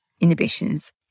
inhibitions